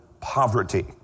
poverty